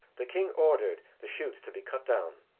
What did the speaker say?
the king ordered the shoots to be cut down,